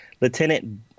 Lieutenant